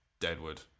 Deadwood